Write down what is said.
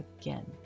again